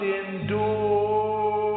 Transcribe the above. endure